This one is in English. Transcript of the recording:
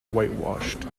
whitewashed